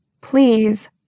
Please